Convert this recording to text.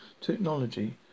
technology